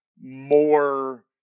more